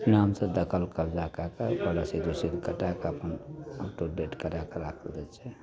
अपन नामसे दखल कब्जा कै के ओकर रसीद उसीद कटैके अपन नामसे अपडेट करैके राखि लै छै